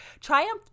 triumphed